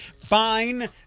Fine